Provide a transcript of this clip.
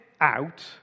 out